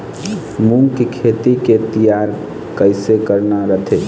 मूंग के खेती के तियारी कइसे करना रथे?